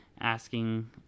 asking